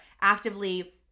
actively